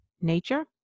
nature